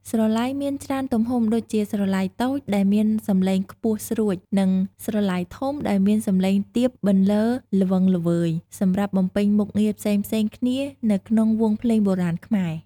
ស្រឡៃមានច្រើនទំហំដូចជា ស្រឡៃតូច ដែលមានសំឡេងខ្ពស់ស្រួច និង ស្រឡៃធំ ដែលមានសំឡេងទាបបន្លឺល្វឹងល្វើយ សម្រាប់បំពេញមុខងារផ្សេងៗគ្នានៅក្នុងវង់ភ្លេងបុរាណខ្មែរ។